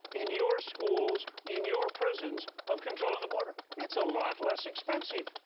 in your schools, in your prisons, of controlling the border? it's a lot less expensive.